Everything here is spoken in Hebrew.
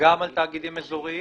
גם על תאגידים אזוריים,